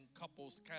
Couples